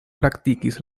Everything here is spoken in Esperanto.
praktikis